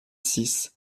six